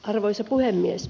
arvoisa puhemies